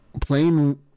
Plain